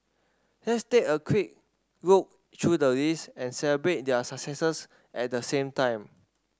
let's take a quick look through the list and celebrate their successes at the same time